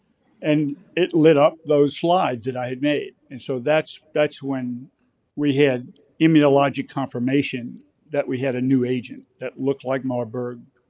and it lit up those slides that i had made. and so that's that's when we had immunologic confirmation that we had a new agent that looked like marburg,